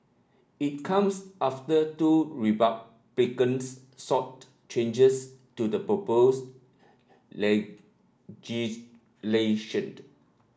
it comes after two republicans sought changes to the proposed legislation